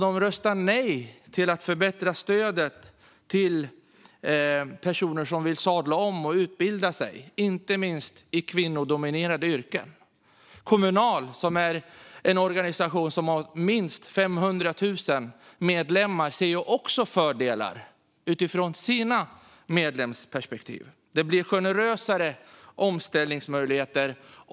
De röstar nej till att förbättra stödet till personer som vill sadla om och utbilda sig, inte minst i kvinnodominerade yrken. Kommunal, som är en organisation som har minst 500 000 medlemmar, ser också fördelar utifrån sina medlemmars perspektiv. Det blir generösare omställningsmöjligheter.